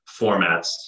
formats